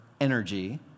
energy